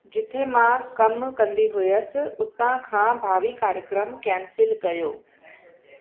जिते मां कमु कंदी हुअसि उतां खां भावी कार्यक्रम कैंसिल कयो